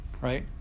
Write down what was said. Right